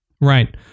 Right